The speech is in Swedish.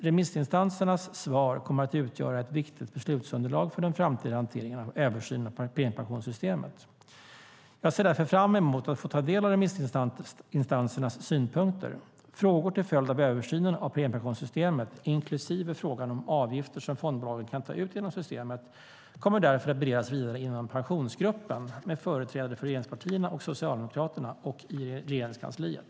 Remissinstansernas svar kommer att utgöra ett viktigt beslutsunderlag för den framtida hanteringen av översynen av premiepensionssystemet. Jag ser därför fram emot att få ta del av remissinstansernas synpunkter. Frågor till följd av översynen av premiepensionssystemet, inklusive frågan om avgifter som fondbolagen kan ta ut inom systemet, kommer därefter att beredas vidare inom Pensionsgruppen, med företrädare för regeringspartierna och Socialdemokraterna samt inom Regeringskansliet.